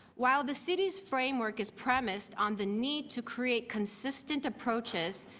while the city's framework is premised on the need to create consistent approaches,